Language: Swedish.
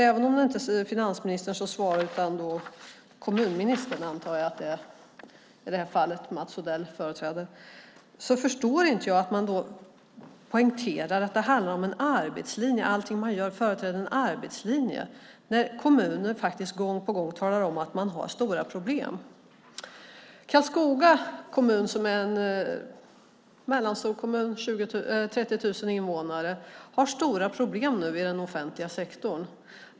Även om det inte är finansministern som svarar utan kommunministern - det antar jag Mats Odell är i det här fallet - förstår inte jag att man poängterar att det handlar om en arbetslinje. Allting man gör företräder en arbetslinje. Kommuner talar gång på gång om att de har stora problem. Karlskoga kommun som är en mellanstor kommun med 30 000 invånare har stora problem nu i den offentliga sektorn.